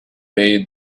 bade